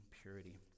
purity